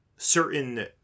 certain